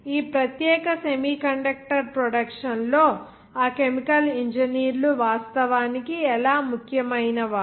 ఈ ప్రత్యేక semiconductor production లో ఆ కెమికల్ ఇంజనీర్లు వాస్తవానికి ఎలా ముఖ్యమైనవారు